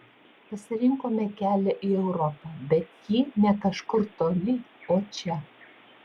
pasirinkome kelią į europą bet ji ne kažkur toli o čia